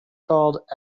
called